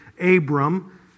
Abram